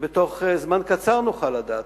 בתוך זמן קצר נוכל לדעת.